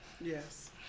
Yes